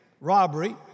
robbery